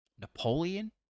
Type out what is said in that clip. Napoleon